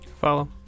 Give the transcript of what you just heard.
Follow